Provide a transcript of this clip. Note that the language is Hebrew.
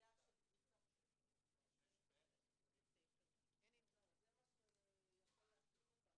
בעיה של -- -זה מה שיכול להטריד אותם,